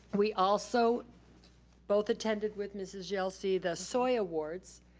we also both attended with mrs. yelsey the soy awards.